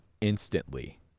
instantly